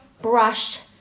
brush